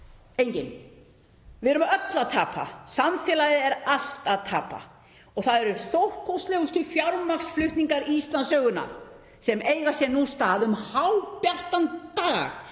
enginn. Við erum öll að tapa. Samfélagið er allt að tapa og það eru stórkostlegustu fjármagnsflutningar Íslandssögunnar sem eiga sér nú stað um hábjartan dag